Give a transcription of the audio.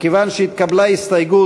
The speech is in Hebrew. מכיוון שהתקבלה הסתייגות,